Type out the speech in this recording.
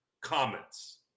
comments